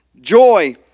Joy